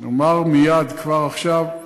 נאמר כבר עכשיו,